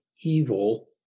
evil